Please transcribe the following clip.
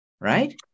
right